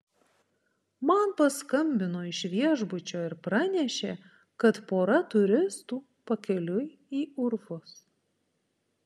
man paskambino iš viešbučio ir pranešė kad pora turistų pakeliui į urvus